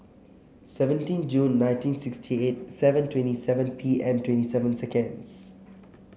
seventeen June nineteen sixty eight seven twenty seven P M twenty seven seconds